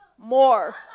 More